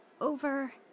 Over